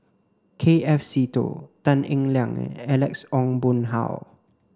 K F Seetoh Tan Eng Liang Alex Ong Boon Hau